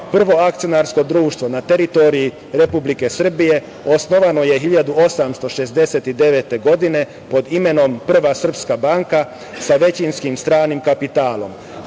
Prvo akcionarsko društvo na teritoriji Republike Srbije osnovano je 1869. godine pod imenom Prva srpska banka, sa većinskim stranim kapitalom. Beogradska